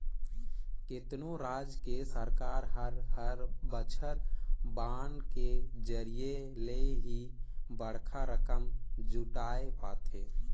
केतनो राज के सरकार हर हर बछर बांड के जरिया ले ही बड़खा रकम जुटाय पाथे